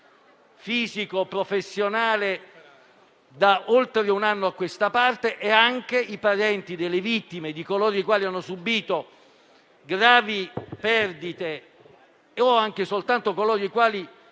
fisico e professionale da oltre un anno a questa parte, e, dall'altro, anche ai parenti delle vittime di coloro i quali hanno subito gravi perdite o anche soltanto a coloro i quali